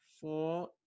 four